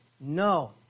No